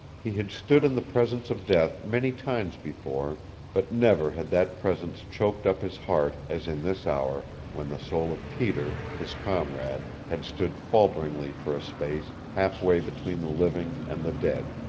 he had stood in the presence of death many times before but never had that presence choked up his heart as in this hour when the soul of peter, his comrade, had stood falteringly for a space half-way between the living and the dead.